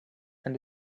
and